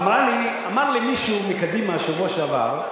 אמר לי מישהו מקדימה בשבוע שעבר,